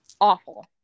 awful